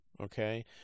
okay